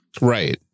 Right